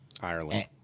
Ireland